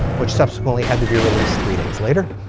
which subsequently had to be released three days later.